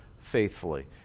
Faithfully